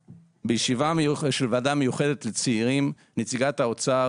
אבל אולי הצעה מעשית של דיון המשך שבו יציגו המשרדים,